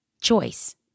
Choice